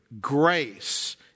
grace